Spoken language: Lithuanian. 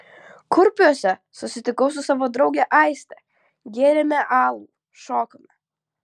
kurpiuose susitikau su savo drauge aiste gėrėme alų šokome